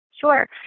Sure